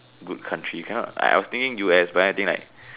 good country you cannot I was thinking U_S but then I think like